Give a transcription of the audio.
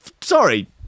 Sorry